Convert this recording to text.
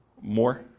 More